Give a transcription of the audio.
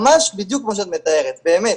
ממש בדיוק כמו שאת מתארת, באמת.